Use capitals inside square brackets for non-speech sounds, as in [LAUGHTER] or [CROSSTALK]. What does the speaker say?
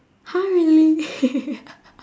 !huh! really [LAUGHS]